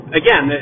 again